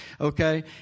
Okay